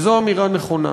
וזו אמירה נכונה.